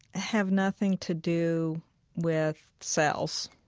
have nothing to do with cells.